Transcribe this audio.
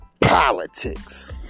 politics